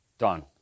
done